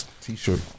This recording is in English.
t-shirt